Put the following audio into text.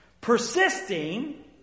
Persisting